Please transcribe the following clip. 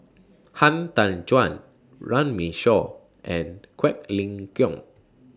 Han Tan Juan Runme Shaw and Quek Ling Kiong